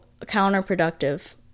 counterproductive